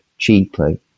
cheaply